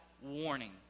warning